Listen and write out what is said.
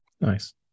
Nice